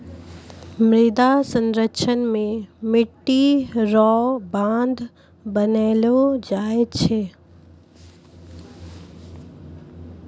मृदा संरक्षण मे मट्टी रो बांध बनैलो जाय छै